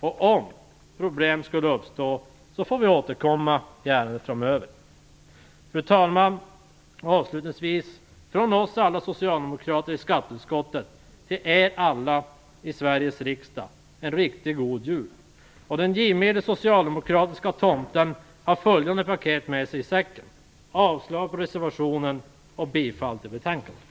Om problem skulle uppstå får vi framöver återkomma i ärendet. Fru talman! Från alla oss socialdemokrater i skatteutskottet till er alla i Sveriges riksdag: En riktigt god jul. Den givmilde socialdemokratiske tomten har följande paket med sig i säcken: avslag på reservationen och bifall till utskottets hemställan.